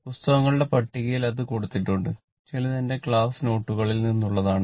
പുസ്തകങ്ങളുടെ പട്ടികയിൽ അത് കൊടുത്തിട്ടുണ്ട് ചിലത് എന്റെ ക്ലാസ്സ് നോട്ടുകളിൽ നിന്നുള്ളതാണ്